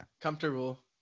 Comfortable